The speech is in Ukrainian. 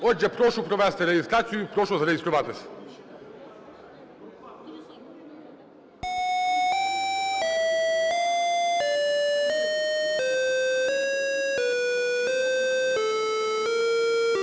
Отже, прошу провести реєстрацію. Прошу зареєструватись.